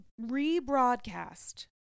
rebroadcast